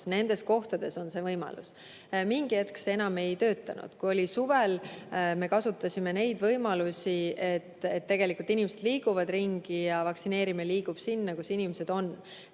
nendes kohtades on see võimalus. Mingi hetk see enam ei töötanud. Kui oli suvi, siis me kasutasime neid võimalusi, et tegelikult inimesed liiguvad ringi ja vaktsineerimine liigub sinna, kus inimesed on,